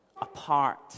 apart